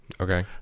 Okay